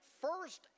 first